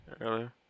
Earlier